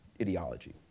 ideology